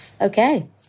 okay